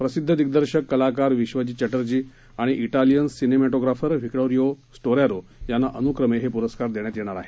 प्रसिद्ध दिग्दर्शक कलाकार विश्वजीत चटर्जी आणि दिविलियन सिने मोटोप्राफर व्हिटोरिओ स्टोरॅरो यांना अनुक्रमे हे पुरस्कार देण्यात येणार आहे